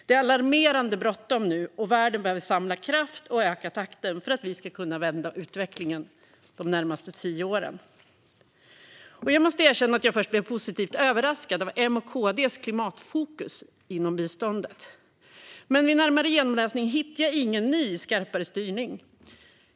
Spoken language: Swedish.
Det är alarmerande bråttom nu, och världen behöver samla kraft och öka takten för att vi ska kunna vända utvecklingen de närmaste tio åren. Jag måste erkänna att jag först blev positivt överraskad av M:s och KD:s klimatfokus inom biståndet. Men vid närmare genomläsning hittar jag ingen ny skarpare styrning.